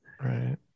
Right